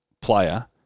player